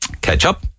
ketchup